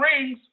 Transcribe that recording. rings